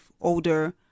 older